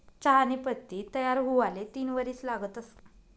चहानी पत्ती तयार हुवाले तीन वरीस लागतंस